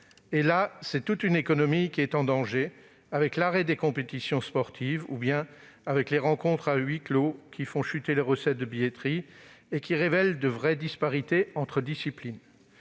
C'est toute une économie qui est en danger, avec l'arrêt des compétitions ou les rencontres à huis clos, qui font chuter les recettes de billetterie et révèlent de grandes disparités entre les disciplines.